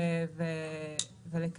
שלום לכולם,